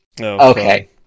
Okay